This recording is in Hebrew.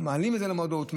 מעלים את זה למודעות,